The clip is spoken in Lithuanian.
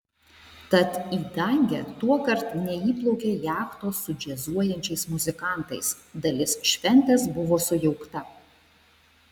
tad į dangę tuokart neįplaukė jachtos su džiazuojančiais muzikantais dalis šventės buvo sujaukta